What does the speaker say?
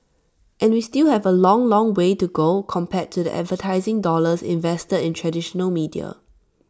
and we still have A long long way to go compared to the advertising dollars invested in traditional media